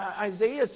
Isaiah